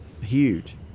Huge